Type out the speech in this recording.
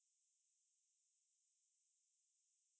可是飞 right like flying